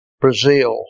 Brazil